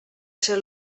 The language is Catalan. ser